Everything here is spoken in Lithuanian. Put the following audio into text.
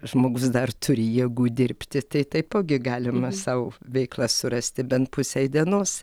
žmogus dar turi jėgų dirbti tai taipogi galima sau veiklą surasti bent pusei dienos